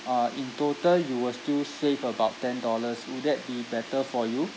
uh in total you will still save about ten dollars will that be better for you